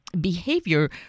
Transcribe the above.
behavior